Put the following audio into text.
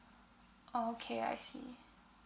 oh okay I see